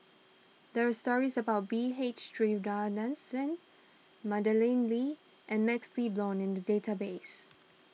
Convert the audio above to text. there are stories about B H Sreenivasan Madeleine Lee and MaxLe Blond in the database